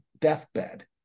deathbed